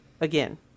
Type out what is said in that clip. again